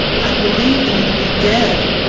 i believed you to be dead.